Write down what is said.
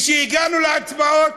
וכשהגענו להצבעות,